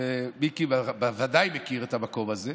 מיקי בוודאי מכיר את המקום הזה,